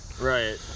Right